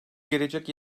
gelecek